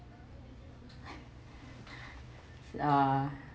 uh